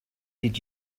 did